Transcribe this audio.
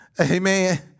Amen